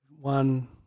One